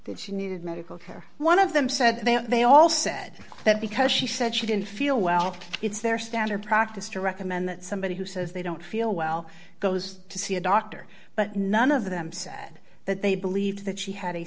that she needed medical care one of them said that they all said that because she said she didn't feel well it's their standard practice to recommend that somebody who says they don't feel well goes to see a doctor but none of them said that they believed that she had a